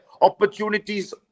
opportunities